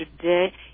today